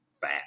fat